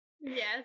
Yes